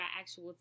actual